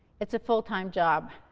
it's a full-time job,